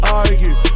argue